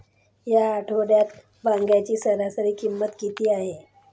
या आठवड्यात वांग्याची सरासरी किंमत किती आहे?